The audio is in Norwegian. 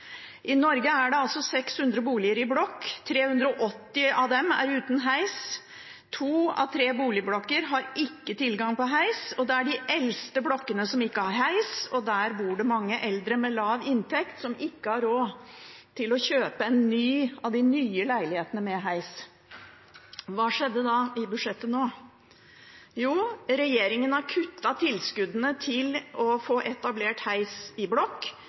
I Norge er det 600 boligblokker, 380 av dem er uten heis. To av tre boligblokker har ikke tilgang på heis. Det er de eldste blokkene som ikke har heis, og der bor det mange eldre med lav inntekt som ikke har råd til å kjøpe en ny leilighet med heis. Hva skjedde i budsjettet? Jo, regjeringen kuttet tilskuddene til å få etablert heis i blokk,